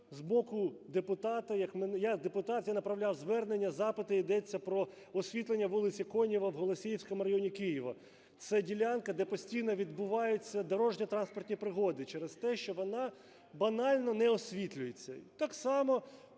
з боку депутата, я як депутат направляв звернення, запити. Йдеться про освітлення вулиці Конєва в Голосіївському районі Києва. Це ділянка, де постійно відбуваються дорожньо-транспортні пригоди через те, що вона банально не освітлюється. І так само